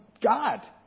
God